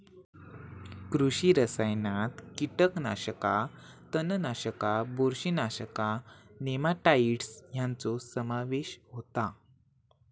कृषी रसायनात कीटकनाशका, तणनाशका, बुरशीनाशका, नेमाटाइड्स ह्यांचो समावेश होता